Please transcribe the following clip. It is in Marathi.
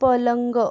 पलंग